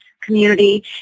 community